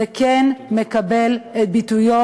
זה כן מקבל את ביטויו,